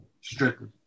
Strictly